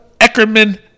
Eckerman